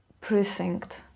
Precinct